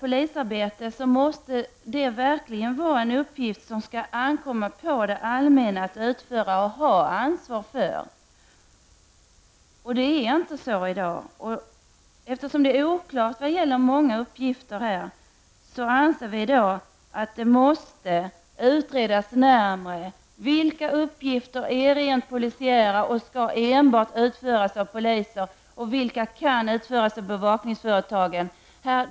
Polisarbete skall vara en uppgift som ankommer på det allmänna att utföra och ha ansvar för. Det är inte så i dag. Eftersom det råder en oklarhet om många uppgifter, anser vi att det måste utredas närmare vilka uppgifter som är rent polisiära och som enbart skall utföras av poliser och vilka uppgifter som kan utföras av bevakningsföretagen.